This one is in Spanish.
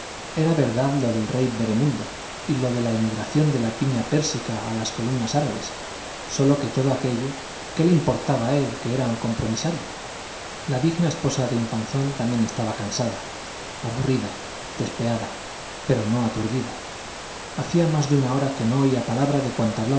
era verdad lo del rey veremundo y lo de la emigración de la piña pérsica a las columnas árabes sólo que todo aquello qué le importaba a él que era un compromisario la digna esposa de infanzón también estaba cansada aburrida despeada pero no aturdida hacía más de una hora que no oía palabra de cuanto